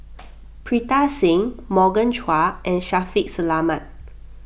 Pritam Singh Morgan Chua and Shaffiq Selamat